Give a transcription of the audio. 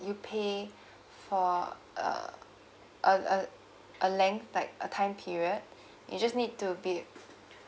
you pay for uh a a a length like a time period you just need to be